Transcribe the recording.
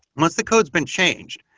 once the code has been changed,